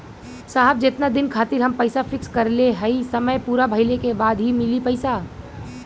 साहब जेतना दिन खातिर हम पैसा फिक्स करले हई समय पूरा भइले के बाद ही मिली पैसा?